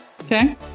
okay